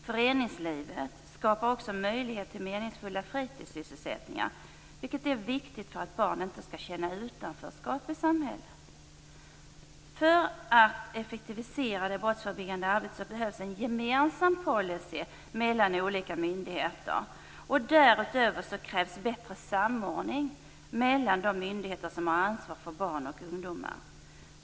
Föreningslivet skapar också möjligheter till meningsfulla fritidssysselsättningar, vilket är viktigt för att barn inte skall känna utanförskap i samhället. För att effektivisera det brottsförebyggande arbetet behövs det en gemensam policy mellan olika myndigheter. Därutöver krävs det en bättre samordning mellan de myndigheter som har ansvar för barn och ungdomar.